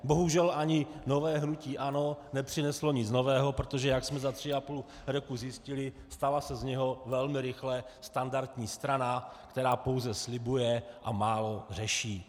Bohužel, ani nové hnutí ANO nepřineslo nic nového, protože jak jsme za tři a půl roku zjistili, stala se z něho velmi rychle standardní strana, která pouze slibuje a málo řeší.